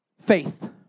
faith